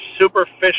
superficial